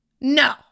No